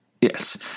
Yes